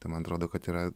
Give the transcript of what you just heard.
tai man atrodo kad yra